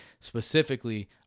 specifically